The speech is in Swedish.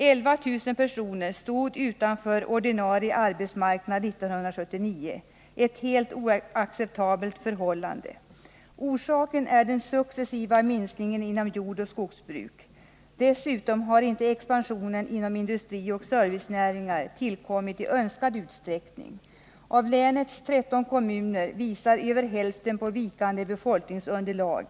11 000 personer stod utanför den ordinarie arbetsmarknaden 1979 — ett helt oacceptabelt förhållande! Orsaken är den successiva minskningen inom jordoch skogsbruk. Dessutom har inte expansionen inom industri och servicenäringar skett i önskad utsträckning. Av länets 13 kommuner uppvisar över hälften ett vikande befolkningsunderlag.